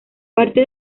parte